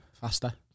faster